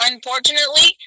Unfortunately